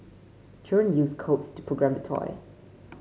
children used codes to program the toy